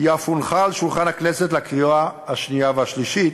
היא אף הונחה על שולחן הכנסת לקריאות השנייה והשלישית,